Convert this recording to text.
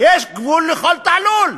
יש גבול לכל תעלול.